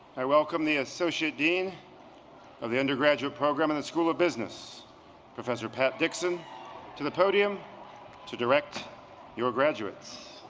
i welcome the associate dean of the undergraduate program in the school of business professor pat dixon to the podium to direct your graduate